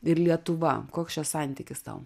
ir lietuva koks čia santykis tau